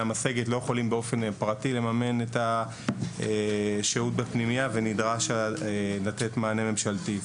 משגת לא יכולים באופן פרטי לממן את השהות בפנימיה ונדרש לתת מענה ממשלתי.